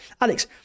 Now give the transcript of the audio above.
Alex